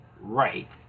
right